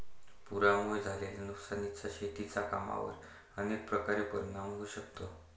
पुरामुळे झालेल्या नुकसानीचा शेतीच्या कामांवर अनेक प्रकारे परिणाम होऊ शकतो